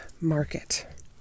market